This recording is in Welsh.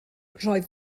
roedd